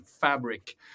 Fabric